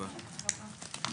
הישיבה ננעלה בשעה 11:02.